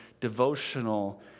devotional